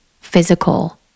physical